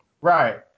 Right